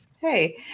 Hey